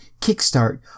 kickstart